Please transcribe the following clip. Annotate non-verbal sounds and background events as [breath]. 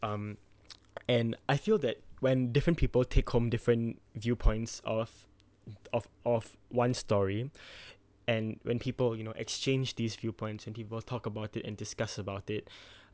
um [noise] and I feel that when different people take home different viewpoints of [noise] of of one story [breath] and when people you know exchange these viewpoints and people talk about it and discuss about it [breath]